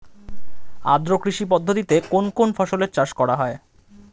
আদ্র কৃষি পদ্ধতিতে কোন কোন ফসলের চাষ করা হয়?